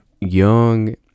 young